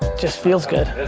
just feels good.